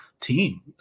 team